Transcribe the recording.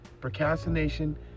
procrastination